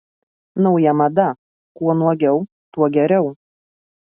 nauja mada kuo nuogiau tuo geriau